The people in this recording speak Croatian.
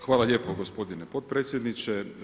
Hvala lijepo gospodine potpredsjedniče.